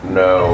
no